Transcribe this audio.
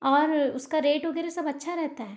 और उसका रेट वगैरह सब अच्छा रहता है